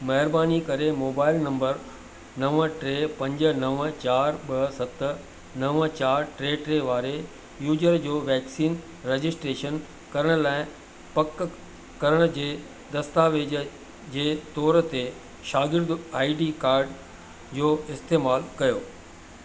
महिरबानी करे mobile number नव टे पंज नव चारि ॿ सत नव चार टे टे वारे यूज़र जो वैक्सीन रजिस्ट्रेशन करण लाइ पक करण जे दस्तावेज़ जे तोरु ते शागिर्दु आई डी कार्ड जो इस्तैमाल कयो